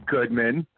Goodman